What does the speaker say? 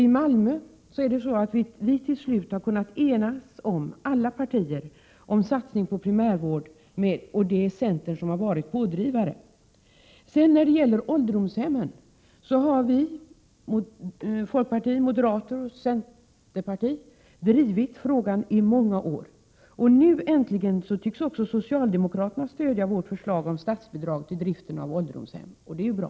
I Malmö har alla partier till slut kunnat enas om en satsning på primärvården. Där är det centern som varit pådrivare. Frågan om ålderdomshemmen har folkpartiet och moderata samlingspartiet och centern drivit i många år. Nu äntligen tycks även socialdemokraterna stödja vårt förslag om statsbidrag till driften av ålderdomshem, och det är ju bra.